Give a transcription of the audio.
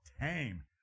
tame